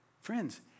Friends